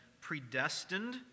predestined